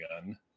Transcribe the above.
Gun